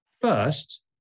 First